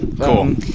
cool